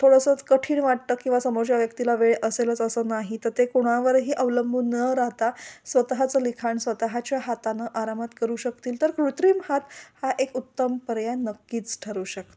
थोडंसं कठीण वाटतं किंवा समोरच्या व्यक्तीला वेळ असेलच असं नाही तर ते कोणावरही अवलंबून न राहता स्वतःचं लिखाण स्वतःच्या हाताानं आरामात करू शकतील तर कृत्रिम हात हा एक उत्तम पर्याय नक्कीच ठरू शकतो